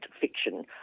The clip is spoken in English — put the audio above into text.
fiction